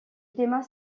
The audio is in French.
climat